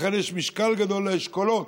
לכן יש משקל גדול לאשכולות,